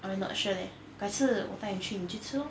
I'm not sure leh 改次我带你去你去吃 lor